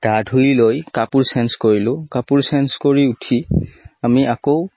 গা ধুই লৈ কাপোৰ চেঞ্জ কৰিলোঁ কাপোৰ চেঞ্জ কৰি উঠি আমি আকৌ